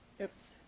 oops